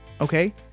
okay